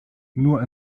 nur